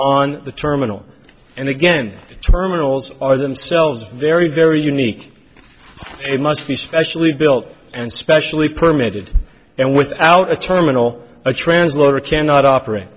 on the terminal and again terminals are themselves very very unique it must be specially built and specially permitted and without a terminal a translator cannot opera